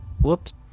Whoops